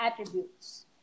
attributes